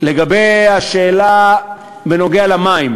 לגבי השאלה בנוגע למים: